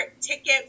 ticket